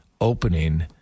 Opening